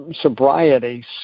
sobriety